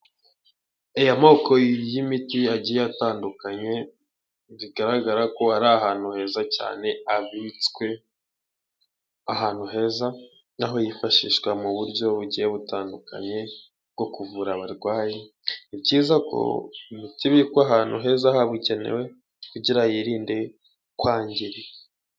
Aya moko y'imiti agiye atandukanye bigaragara ko ari ahantu heza cyane abitswe ahantu heza n'aho yifashishwa muburyo bugiye butandukanye bwo kuvura abarwayi ni byiza ko imiti ibikwa ahantu heza habugenewe kugira ngo yirinde kwangirika.